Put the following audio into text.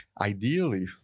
ideally